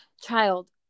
child